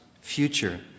future